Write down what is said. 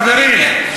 חברים,